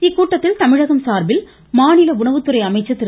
இக்கூட்டத்தில் தமிழகம் சார்பில் மாநில உணவுத்துறை அமைச்சர் திரு